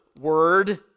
word